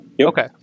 Okay